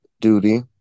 duty